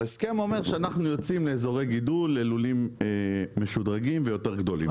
ההסכם אומר שאנחנו יוצאים לאזורי גידול ללולים משודרגים ויותר גדולים.